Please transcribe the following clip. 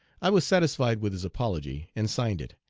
i was satisfied with his apology, and signed it,